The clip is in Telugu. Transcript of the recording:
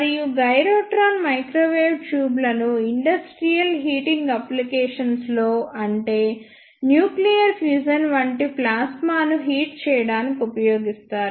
మరియు గైరోట్రాన్ మైక్రోవేవ్ ట్యూబ్ లను ఇండస్ట్రియల్ హీటింగ్ అప్లికేషన్స్ లో అంటే న్యూక్లియర్ ఫ్యూజన్ వంటివి ప్లాస్మాను హీట్ చేయడానికి ఉపయోగిస్తారు